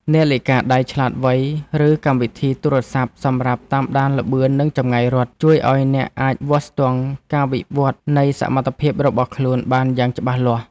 នាឡិកាដៃឆ្លាតវៃ ឬកម្មវិធីទូរសព្ទសម្រាប់តាមដានល្បឿន និងចម្ងាយរត់ ជួយឱ្យអ្នកអាចវាស់ស្ទង់ការវិវឌ្ឍនៃសមត្ថភាពរបស់ខ្លួនបានយ៉ាងច្បាស់លាស់។